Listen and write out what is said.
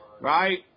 Right